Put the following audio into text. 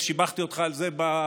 ושיבחתי אותך על זה בפרטי,